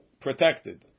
protected